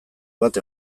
bat